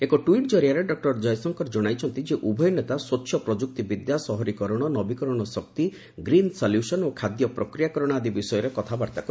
ଏକ ଟ୍ୱିଟ୍ ଜରିଆରେ ଡକ୍କର ଜୟଶଙ୍କର ଜଣାଇଛନ୍ତି ଯେ ଉଭୟ ନେତା ସ୍ୱଚ୍ଛ ପ୍ରଯୁକ୍ତିବିଦ୍ୟା ସହରୀକରଣ ନବୀକରଣୀୟ ଶକ୍ତି ଗ୍ରୀନ୍ ସଲ୍ୟୁସନ ଓ ଖାଦ୍ୟ ପ୍ରକ୍ରିୟାକରଣ ଆଦି ବିଷୟ ଉପରେ କଥାବାର୍ତ୍ତା କରିଛନ୍ତି